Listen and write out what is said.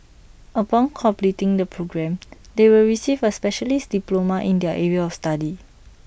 upon completing the program they will receive A specialist diploma in their area of study